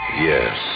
Yes